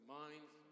minds